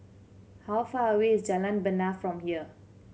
how far away is Jalan Bena from here